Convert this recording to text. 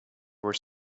were